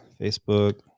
Facebook